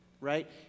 right